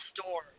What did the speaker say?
store